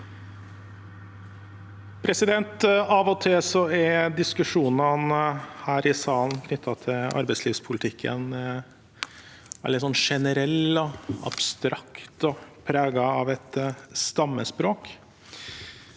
Av og til er dis- kusjonene her i salen knyttet til arbeidslivspolitikken litt generelle og abstrakte og preget av et stammespråk,